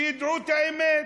שידעו את האמת.